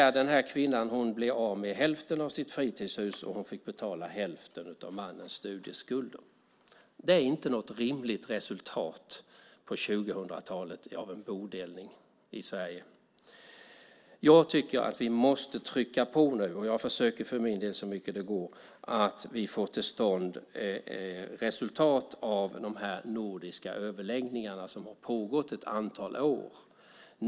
Den här kvinnan blev av med hälften av sitt fritidshus och fick betala hälften av mannens studieskulder. Det är inte ett rimligt resultat av en bodelning i Sverige på 2000-talet. Jag tycker att vi måste trycka på nu - jag försöker för min del så mycket det går - så att vi får till stånd ett resultat av de nordiska överläggningar som har pågått ett antal år.